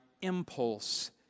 impulse